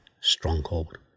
stronghold